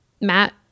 Matt